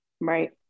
Right